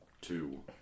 two